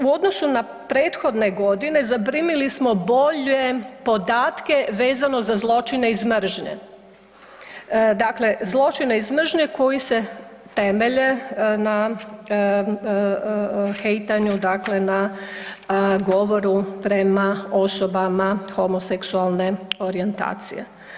U odnosu na prethodne godine zaprimili smo bolje podatke vezano za zločine iz mržnje, zločine iz mržnje koji se temelje na hejtanju, na govoru prema osobama homoseksualne orijentacije.